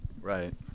Right